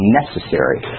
necessary